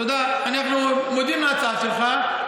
תודה, אנחנו מודים על ההצעה שלך.